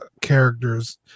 characters